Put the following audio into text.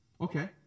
Okay